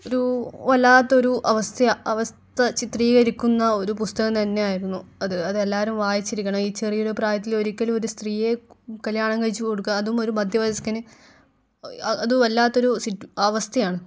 ഒരു വല്ലാത്ത ഒരു അവസ്ഥയാണ് അവസ്ഥ ചിത്രീകരിക്കുന്ന ഒരു പുസ്തകം തന്നെയായിരുന്നു അത് അത് എല്ലാവരും വായിച്ചിരിക്കണം ഈ ചെറിയൊരു പ്രായത്തില് ഒരിക്കലും ഒരു സ്ത്രീയെ കല്ല്യാണം കഴിച്ചു കൊടുക്കുക അതും ഒരു മധ്യവയസ്കന് അത് വല്ലാത്ത ഒരു അവസ്ഥയാണ്